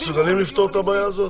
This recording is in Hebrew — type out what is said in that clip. --- אתם מסוגלים לפתור את הבעיה הזאת?